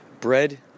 bread